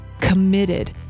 committed